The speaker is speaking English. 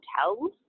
hotels